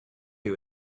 you